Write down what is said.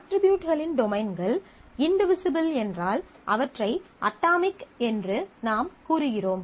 அட்ரிபியூட்களின் டொமைன்கள் இன்டிவிசிபிள் என்றால் அவற்றை அட்டாமிக் என்று நாம் கூறுகிறோம்